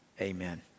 amen